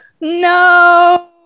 No